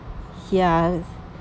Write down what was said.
ya